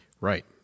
right